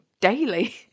daily